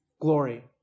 glory